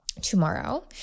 tomorrow